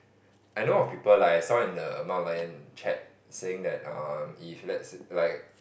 I know of people like I saw in the merlion chat saying that um if let's sa~ like